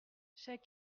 chaque